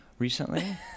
Recently